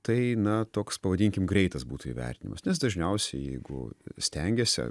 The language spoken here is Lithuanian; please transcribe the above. tai na toks pavadinkim greitas būtų įvertinimas nes dažniausiai jeigu stengiesi